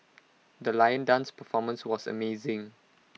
the lion dance performance was amazing